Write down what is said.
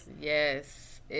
yes